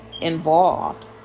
involved